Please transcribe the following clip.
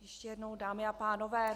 Ještě jednou, dámy a pánové.